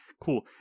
Cool